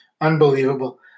unbelievable